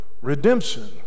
redemption